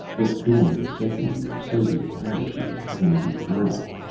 but during the second year soviet parachutists began to drop,